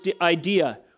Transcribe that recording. idea